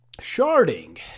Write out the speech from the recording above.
sharding